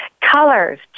Colors